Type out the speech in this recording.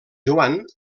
joan